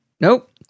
Nope